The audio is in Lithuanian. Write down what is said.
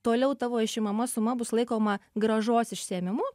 toliau tavo išimama suma bus laikoma grąžos išsiėmimu